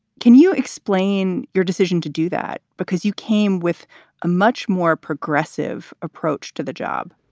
can you explain your decision to do that because you came with a much more progressive approach to the job?